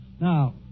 Now